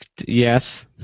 Yes